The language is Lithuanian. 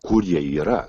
kur jie yra